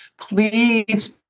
please